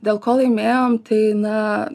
dėl ko laimėjom tai na